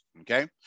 Okay